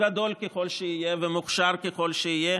גדול ככל שיהיה ומוכשר ככל שיהיה,